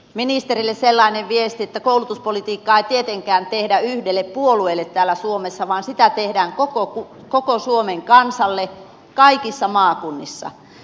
ministerille sellainen viesti että koulutuspolitiikkaa ei tietenkään tehdä yhdelle puolueelle täällä suomessa vaan sitä tehdään koko suomen kansalle kaikissa maakunnissa